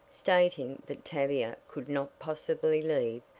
stating that tavia could not possibly leave,